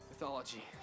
Mythology